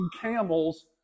camels